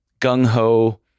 gung-ho